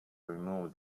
remove